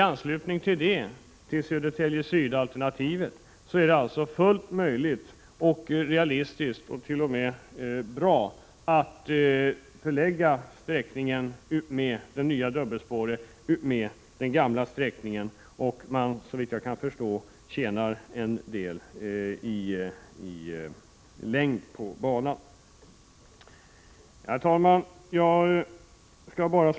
I anslutning till Södertälje Syd-alternativet är det alltså fullt möjligt, realistiskt och t.o.m. bra att förlägga det nya dubbelspåret utmed den gamla sträckningen. Man bör tjäna en del i längd på banan. Herr talman!